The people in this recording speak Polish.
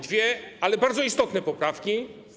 Dwie, ale bardzo istotne poprawki.